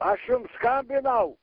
aš jums skambinau